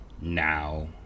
now